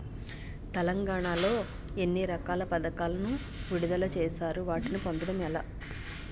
తెలంగాణ లో ఎన్ని రకాల పథకాలను విడుదల చేశారు? వాటిని పొందడం ఎలా?